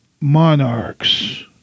monarchs